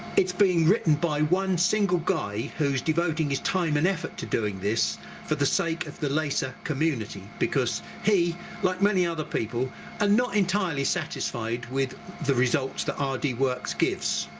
it's being written by one single guy who's devoting his time and effort to doing this for the sake of the laser community, because he like many other people are not entirely satisfied with the results that ah rdworks gives